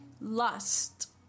Lust